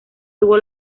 tuvo